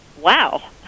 wow